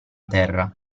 terra